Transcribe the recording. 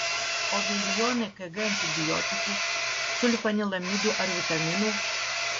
o milijonai kg antibiotikų sulfanilamidų ar vitaminų